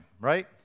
right